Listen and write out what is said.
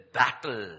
battle